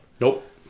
Nope